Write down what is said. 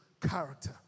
character